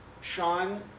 Sean